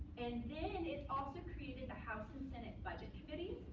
and then it also created the house and senate budget committees.